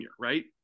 right